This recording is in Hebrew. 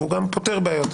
והוא גם פותר בעיות,